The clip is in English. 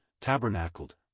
tabernacled